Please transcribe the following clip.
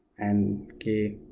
and k